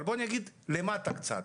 אבל בואו נגיע למטה קצת.